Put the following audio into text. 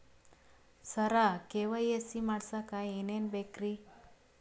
ಸರ KYC ಮಾಡಸಕ್ಕ ಎನೆನ ಬೇಕ್ರಿ?